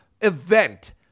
event